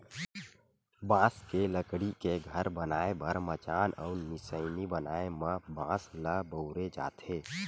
बांस के लकड़ी के घर बनाए बर मचान अउ निसइनी बनाए म बांस ल बउरे जाथे